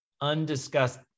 undiscussed